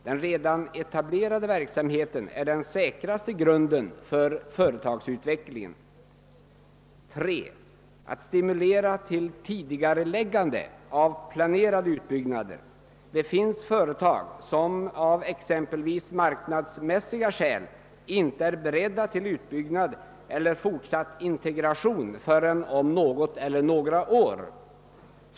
Den redan etablerade verksamheten är den säkraste grunden för företagsutveckling. 3. Man bör stimulera till tidigareläggande av planerade utbyggnader. Det finns företag som av exempelvis marknadsmässiga skäl inte är beredda till utbyggnad eller fortsatt integration förrän om några eller något år.